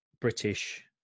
British